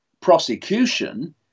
prosecution